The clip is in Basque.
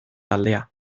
taldea